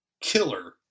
killer